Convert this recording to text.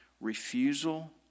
Refusal